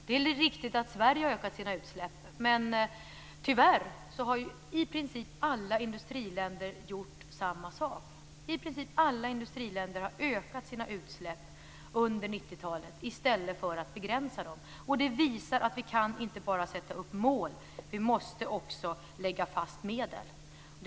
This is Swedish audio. Det är riktigt att Sverige har ökat sina utsläpp. Men tyvärr har i princip alla industriländer gjort samma sak. I princip alla industriländer har ökat sina utsläpp under 90-talet i stället för att begränsa dem. Det visar att vi inte bara kan sätta upp mål. Vi måste också lägga fast vilka medel vi skall använda.